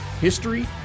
history